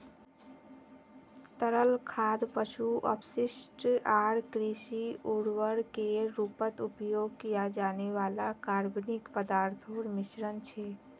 तरल खाद पशु अपशिष्ट आर कृषि उर्वरकेर रूपत उपयोग किया जाने वाला कार्बनिक पदार्थोंर मिश्रण छे